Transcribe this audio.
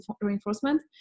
reinforcement